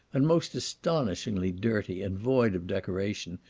and most astonishingly dirty and void of decoration,